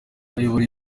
ayobora